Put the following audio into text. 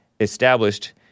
established